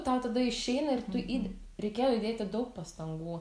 tau tada išeina ir tu įde reikėjo įdėti daug pastangų